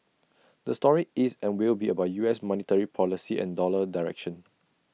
the story is and will be about U S monetary policy and dollar direction